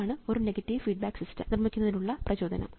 ഇതാണ് ഒരു negative feedback system നിർമ്മിക്കുന്നതിനുള്ള പ്രചോദനം